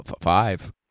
Five